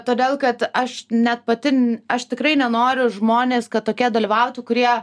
todėl kad aš net pati aš tikrai nenoriu žmonės kad tokia dalyvautų kurie